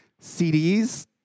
CDs